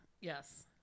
Yes